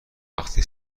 وقتی